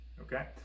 okay